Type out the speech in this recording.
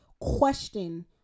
question